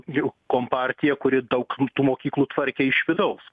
jų kompartija kuri daug tų mokyklų tvarkė iš vidaus